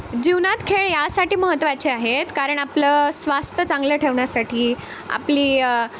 जीवनात खेळ यासाठी महत्त्वाचे आहेत कारण आपलं स्वास्थ्य चांगलं ठेवण्यासाठी आपली